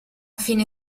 fine